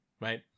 right